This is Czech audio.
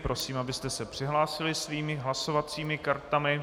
Prosím, abyste se přihlásili svými hlasovacími kartami.